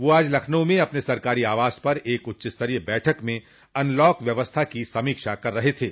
वह आज लखनऊ में अपने सरकारी आवास पर एक उच्चस्तरीय बैठक में अनलॉक व्यवस्था की समीक्षा कर रहे थे